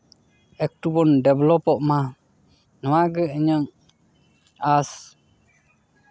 ᱮᱠᱴᱩ ᱵᱚᱱ ᱰᱮᱵᱷᱞᱚᱯᱚᱜ ᱢᱟ ᱱᱚᱣᱟᱜᱮ ᱤᱧᱟᱹᱜ ᱟᱸᱥ